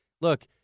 look